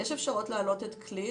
יש אפשרות להעלות את כליל?